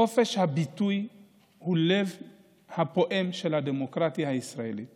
חופש הביטוי הוא הלב הפועם של הדמוקרטיה הישראלית